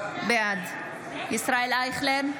בעד ישראל אייכלר,